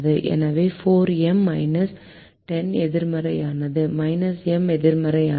எனவே 4 M 10 எதிர்மறையானது M எதிர்மறையானது